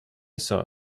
saw